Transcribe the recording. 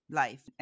life